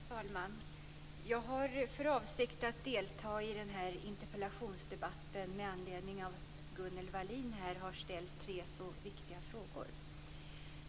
Fru talman! Jag har för avsikt att delta i den här interpellationsdebatten med anledning av att Gunnel Wallin har ställt tre viktiga frågor.